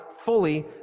fully